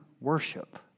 worship